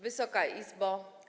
Wysoka Izbo!